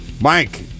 Mike